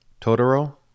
Totoro